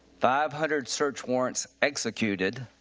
five hundred search warrants executed.